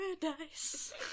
paradise